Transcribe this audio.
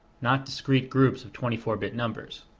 not discrete groups of twenty four bit numbers.